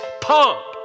pump